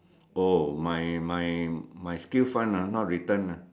oh my my my skill fund ah not return ah